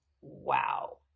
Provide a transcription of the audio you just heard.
wow